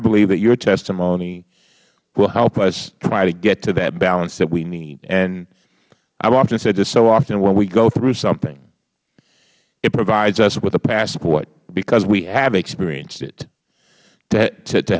believe that your testimony will help us try to get to that balance that we need i have often said this so often when we go through something it provides us with a passport because we have experienced it t